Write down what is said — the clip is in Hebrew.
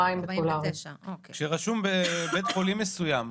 כשרשום בית חולים מסוים,